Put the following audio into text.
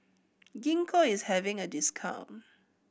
Gingko is having a discount